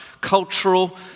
cultural